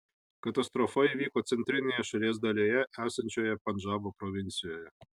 katastrofa įvyko centrinėje šalies dalyje esančioje pandžabo provincijoje